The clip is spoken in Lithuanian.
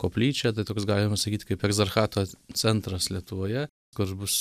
koplyčia tai toks galima sakyti kaip egzarchato centras lietuvoje kur bus